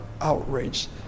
outraged